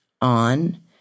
on